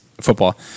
football